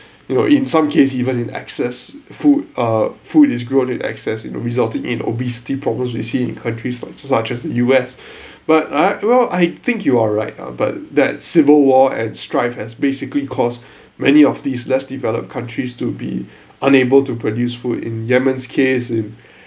you know in some case even in excess food uh food is grown in excess you know resulting in obesity problems we see in countries like such as U_S but ah well I think you are right ah but that civil war and strife has basically caused many of these less developed countries to be unable to produce food in yemen's case in